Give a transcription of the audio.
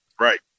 Right